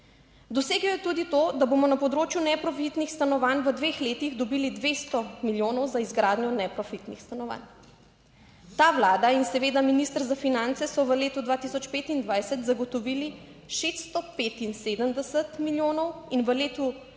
Dosegel je tudi to, da bomo na področju neprofitnih stanovanj v dveh letih dobili 200 milijonov za izgradnjo neprofitnih stanovanj. Ta Vlada in seveda minister za finance so v letu 2025 zagotovili 675 milijonov in v letu 2026